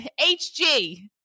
HG